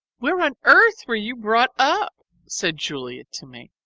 where on earth were you brought up said julia to me.